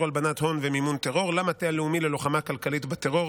הלבנת הון ומימון טרור למטה הלאומי ללוחמה כלכלית בטרור,